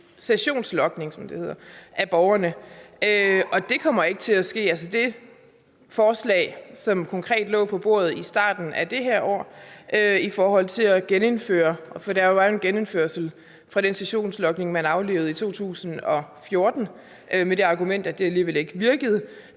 sessionslogning, som det hedder, af borgerne, og det kommer ikke til at ske. Det forslag, som konkret lå på bordet i starten af det her år, om at genindføre – for det var jo en genindførelse – den sessionslogning, man aflivede i 2014 med det argument, at det alligevel ikke virkede,